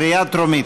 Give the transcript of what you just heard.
קריאה טרומית.